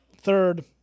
third